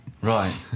Right